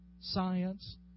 science